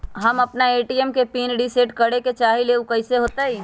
हम अपना ए.टी.एम के पिन रिसेट करे के चाहईले उ कईसे होतई?